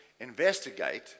investigate